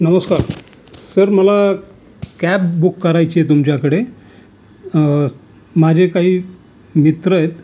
नमस्कार सर मला cab book करायची आहे तुमच्याकडे माझे काही मित्र आहेत